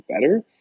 better